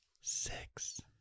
Six